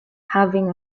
having